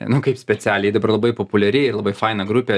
nu kaip specialiai dabar labai populiari ir labai faina grupė